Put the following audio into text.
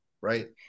right